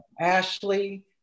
Ashley